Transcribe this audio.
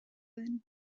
den